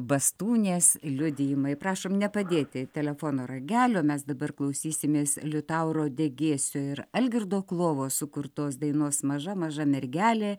bastūnės liudijimai prašom nepadėti telefono ragelio mes dabar klausysimės liutauro degėsio ir algirdo klovos sukurtos dainos maža maža mergelė